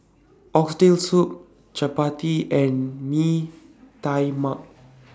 Oxtail Soup Chappati and Mee Tai Mak